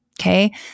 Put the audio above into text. Okay